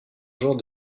genre